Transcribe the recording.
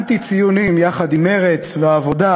אנטי-ציונים יחד עם מרצ והעבודה,